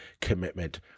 commitment